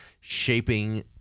shaping